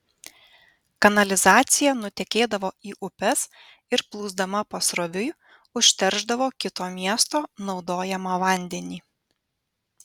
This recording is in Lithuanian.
kanalizacija nutekėdavo į upes ir plūsdama pasroviui užteršdavo kito miesto naudojamą vandenį